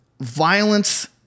violence